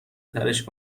ترِش